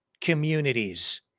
communities